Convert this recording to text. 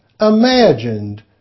imagined